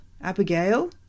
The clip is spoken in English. Abigail